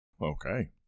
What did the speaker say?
Okay